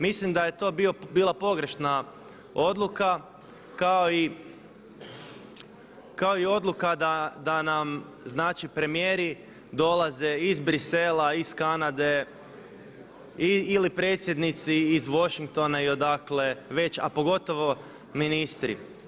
Mislim da je to bila pogrešna odluka kao i odluka da nam premijeri dolaze iz Bruxellesa iz Kanade ili predsjednici iz Washingtona i odakle već, a pogotovo ministri.